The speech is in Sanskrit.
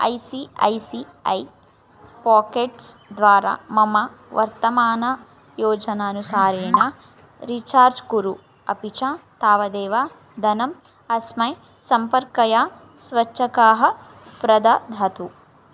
I C I C I Pockets द्वारा मम वर्तमानयोजनानुसारेण रीचार्ज् कुरु अपि च तावदेव धनम् अस्मै सम्पर्काय स्वच्छकाः प्रददातु